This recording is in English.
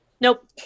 Nope